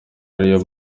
ariyo